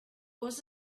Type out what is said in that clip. was